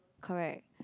correct